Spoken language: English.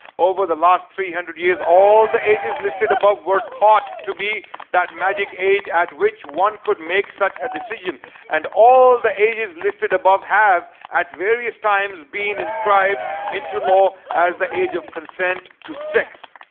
over the last three hundred years all the ages listed above were thought to be that magic age at which one could make such a decision and all the ages listed above have at virious times being inscribed into law as the age of consent to sex